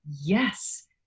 Yes